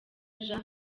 jean